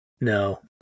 No